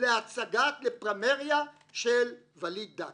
לפרמיירה של ואליד דקה?